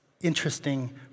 interesting